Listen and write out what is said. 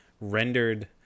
rendered